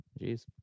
Jeez